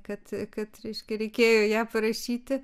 kad kad reiškia reikėjo ją parašyti